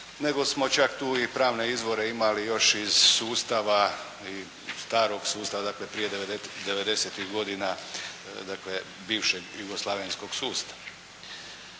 nego smo čak tu i pravne izvore imali još iz sustava, starog sustava, dakle prije 90-tih godina, dakle bivšeg jugoslavenskog sustava.